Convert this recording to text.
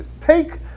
Take